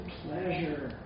pleasure